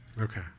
Okay